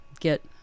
get